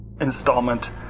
installment